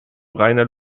reiner